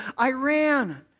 Iran